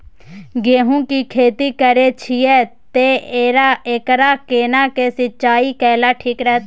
गेहूं की खेती करे छिये ते एकरा केना के सिंचाई कैल ठीक रहते?